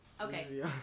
Okay